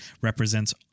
represents